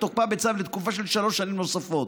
תוקפה בצו לתקופה של שלוש שנים נוספות.